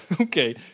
Okay